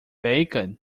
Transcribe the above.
bacon